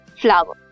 flower